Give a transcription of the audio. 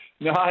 no